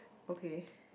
okay